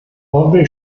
orgel